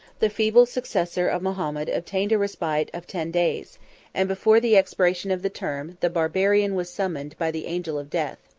the feeble successor of mahomet obtained a respite of ten days and before the expiration of the term, the barbarian was summoned by the angel of death.